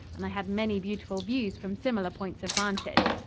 and i had many beautiful views from similar points of vantage.